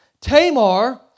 Tamar